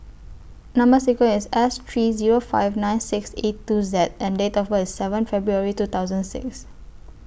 Number sequence IS S three Zero five nine six eight two Z and Date of birth IS seven February two thousand six